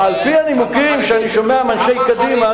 על-פי הנימוקים שאני שומע מאנשי קדימה,